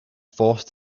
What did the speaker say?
forced